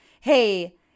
hey